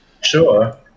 Sure